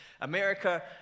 America